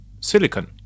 silicon